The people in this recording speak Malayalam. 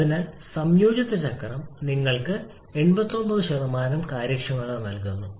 അതിനാൽ സംയോജിത ചക്രം നിങ്ങൾക്ക് 89 കാര്യക്ഷമത നൽകും